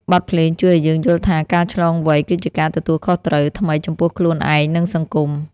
បទភ្លេងជួយឱ្យយើងយល់ថា ការឆ្លងវ័យគឺជាការទទួលខុសត្រូវថ្មីចំពោះខ្លួនឯង និងសង្គម។